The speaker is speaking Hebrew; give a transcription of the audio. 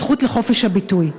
זכות לחופש הביטוי.